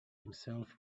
himself